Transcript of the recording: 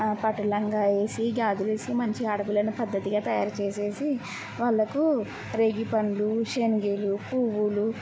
పట్టు లంగా వేసి గాజులేసి మంచిగా ఆడపిల్లను పద్దతిగా తయారుచేసేసి వాళ్ళకు రేగిపండ్లూ శనగలు పువ్వులూ